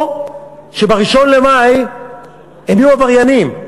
או שב-1 למאי הם יהיו עבריינים,